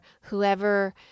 whoever